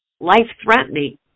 life-threatening